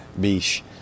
Beach